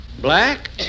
Black